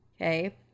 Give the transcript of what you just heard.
okay